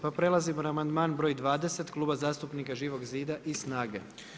Pa prelazimo na amandman broj 20 Kluba zastupnika Živog zida i SNAGA-e.